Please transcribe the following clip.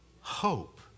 Hope